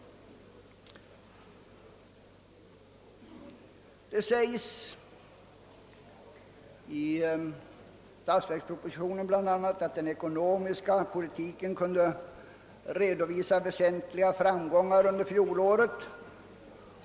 Det sägs, i statsverkspropositionen bl.a., att den ekonomiska politiken kunde redovisa väsentliga framgångar under fjolåret.